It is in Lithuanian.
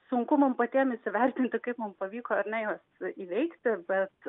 sunku mum patiem įsivertinti kaip mums pavyko ar ne juos įveikti bet